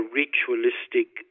ritualistic